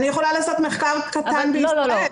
אני יכולה לעשות מחקר קטן בישראל --- לא,